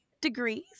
degrees